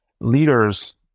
Leaders